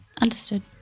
Understood